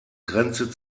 grenze